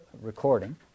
recording